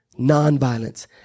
nonviolence